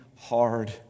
hard